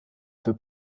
für